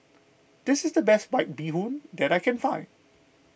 this is the best White Bee Hoon that I can find